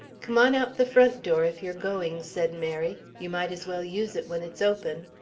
come on out the front door if you're going, said mary. you might as well use it when it's open.